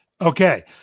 Okay